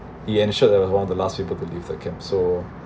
he ensured that I was one of the last people to leave the camp so